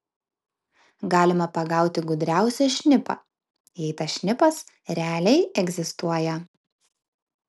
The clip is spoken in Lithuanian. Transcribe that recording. galima pagauti gudriausią šnipą jei tas šnipas realiai egzistuoja